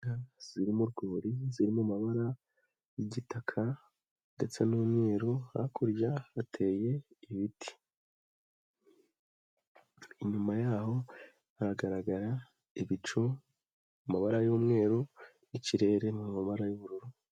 Inka zirimo urwuri ziri mu mabara y'igitaka, ndetse n'umweru hakurya hateye ibiti, inyuma yaho hagaragara ibicu mu mabara y'umweru n'ikirere mu mabara y'ubururu.